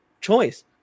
choice